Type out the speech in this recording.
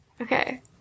Okay